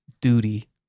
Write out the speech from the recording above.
duty